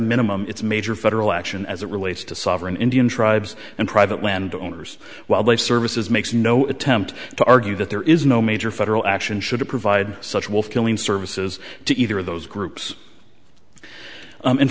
minimum it's major federal action as it relates to sovereign indian tribes and private landowners wildlife services makes no attempt to argue that there is no major federal action should provide such wolf killing services to either of those groups